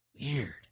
Weird